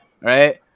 right